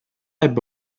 ebbe